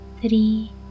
three